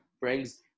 brings